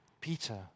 Peter